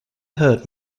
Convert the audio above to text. hurt